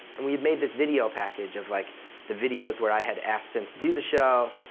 and we had made this video package of like the videos where i had asked him to do the show,